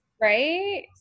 Right